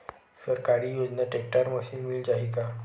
सरकारी योजना tractor machine मिल जाही का?